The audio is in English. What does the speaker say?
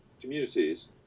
communities